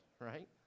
right